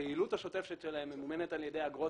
הפעילות השוטפת שלהם ממומנת על ידי אגרות